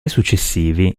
successivi